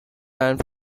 bound